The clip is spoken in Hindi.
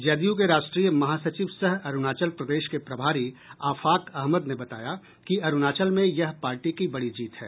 जदयू के राष्ट्रीय महासचिव सह अरूणाचल प्रदेश के प्रभारी आफाक अहमद ने बताया कि अरूणाचल में यह पार्टी की बड़ी जीत है